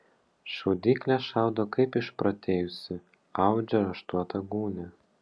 šaudyklė šaudo kaip išprotėjusi audžia raštuotą gūnią